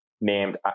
named